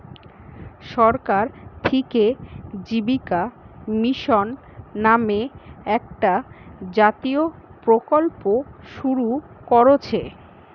সরকার থিকে জীবিকা মিশন নামে একটা জাতীয় প্রকল্প শুরু কোরছে